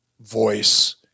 voice